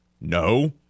No